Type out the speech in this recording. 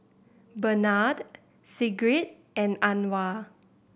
Benard Sigrid and Anwar